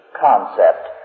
concept